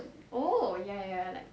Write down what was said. oh ya ya ya